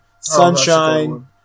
Sunshine